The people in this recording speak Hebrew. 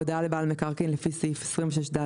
(ב)(1)הודעה לבעל מקרקעין לפי סעיף 26ד(ב)